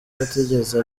atigeze